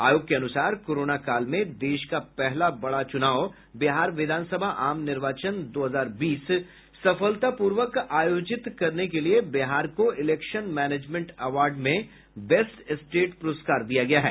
आयोग के अनुसार कोरोना काल में देश का पहला बिहार विधानसभा आम निर्वाचन दो हजार बीस सफलतापूर्वक आयोजित कराने के लिए बिहार को इलेक्शन मैनेजमेंट अवार्ड में बेस्ट स्टेट प्रस्कार दिया गया है